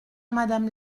madame